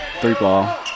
three-ball